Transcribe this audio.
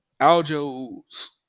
Aljo's